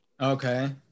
Okay